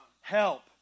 help